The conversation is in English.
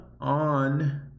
on